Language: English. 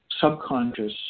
subconscious